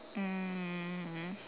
mm